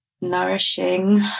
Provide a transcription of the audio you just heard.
nourishing